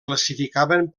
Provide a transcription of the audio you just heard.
classificaven